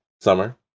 Summer